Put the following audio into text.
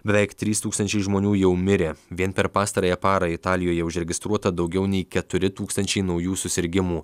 beveik trys tūkstančiai žmonių jau mirė vien per pastarąją parą italijoje užregistruota daugiau nei keturi tūkstančiai naujų susirgimų